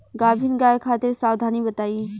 गाभिन गाय खातिर सावधानी बताई?